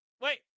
wait